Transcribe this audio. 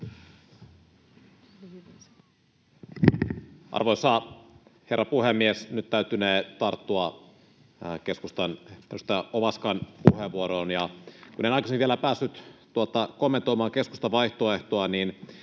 Arvoisa herra puhemies! Nyt täytynee tarttua keskustan edustaja Ovaskan puheenvuoroon. Kun en aikaisemmin vielä päässyt kommentoimaan keskustan vaihtoehtoa, niin